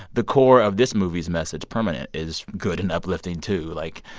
the core of this movie's message, permanent, is good and uplifting, too. like,